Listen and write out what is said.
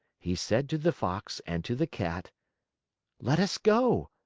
he said to the fox and to the cat let us go.